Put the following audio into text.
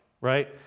right